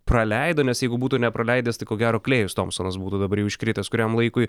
praleido nes jeigu būtų nepraleidęs tai ko gero klėjus tompsonas būtų dabar jau iškritęs kuriam laikui